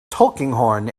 tulkinghorn